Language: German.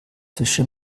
fische